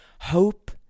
Hope